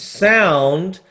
sound